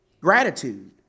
gratitude